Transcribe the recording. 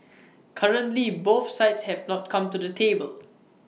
currently both sides have not come to the table